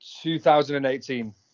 2018